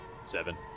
Seven